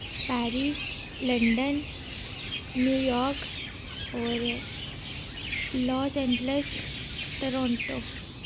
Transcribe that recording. Paris London New York होर Los Angeles Toronto